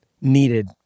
needed